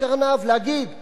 מפלגה כמו מרצ,